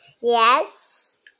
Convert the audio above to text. yes